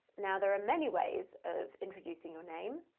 now, there are many ways of introducing your name.